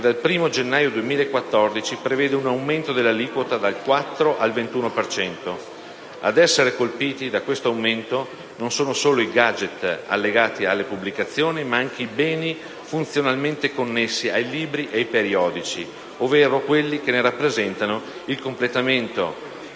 dal 1° gennaio 2014 prevede un aumento dell'aliquota dal 4 per cento al 21 per cento. Ad essere colpiti da questo aumento non sono solo i *gadget* allegati alle pubblicazioni, ma anche i «beni funzionalmente connessi» ai libri e ai periodici, ovvero quelli che ne rappresentano il completamento